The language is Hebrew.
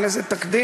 אין לזה תקדים,